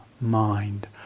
mind